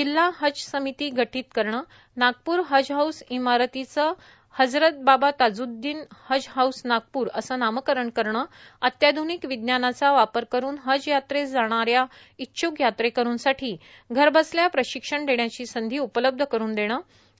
जिल्हा हज समिती गठीत करण नागपूर हज हाऊस इमारतीच हजरत बाबा ताज्द्दीन हज हाऊस नागपूर अस नामकरण करण अत्याध्निक विज्ञानाचा वापर करून हज यात्रेस जाणाऱ्या इच्छ्क यात्रेकरूंसाठी घरबसल्या प्रशिक्षण घेण्याची संधी उपलब्ध करून देण